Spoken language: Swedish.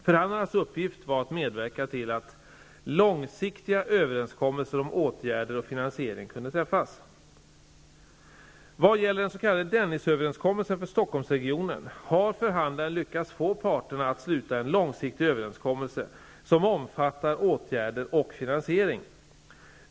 Förhandlarnas uppgift var att medverka till att långsiktiga överenskommelser om åtgärder och finansiering kunde träffas. Stockholmsregionen har förhandlaren lyckats få parterna att sluta en långsiktig överenskommelse som omfattar åtgärder och finansiering.